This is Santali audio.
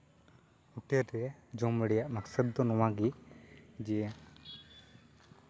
ᱦᱳᱴᱮᱞ ᱨᱮ ᱡᱚᱢ ᱨᱮᱭᱟᱜ ᱢᱟᱠᱥᱚᱛ ᱫᱚ ᱱᱚᱣᱟ ᱜᱮ ᱡᱮ